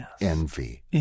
envy